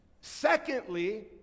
Secondly